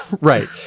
Right